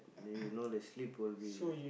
if you know the sleep will be like